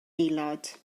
aelod